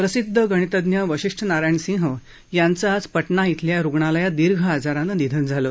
प्रसिद्ध गणिततज्ञ वशिष्ठ नारायण सिंह यांचं आज पटणा इथल्या रुग्णालयात दीर्घ आजारानं निधन झालं